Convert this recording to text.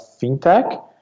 FinTech